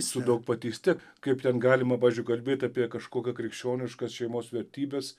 su daugpatyste kaip ten galima pavyzdžiui kalbėt apie kažkokią krikščioniškas šeimos vertybes